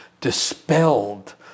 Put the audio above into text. dispelled